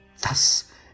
thus